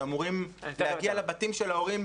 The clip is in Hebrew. שאמורים להגיע לבתים של ההורים,